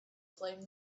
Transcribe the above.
flame